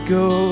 go